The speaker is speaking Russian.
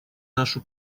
нашу